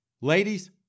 Ladies